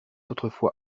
autrefois